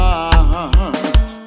heart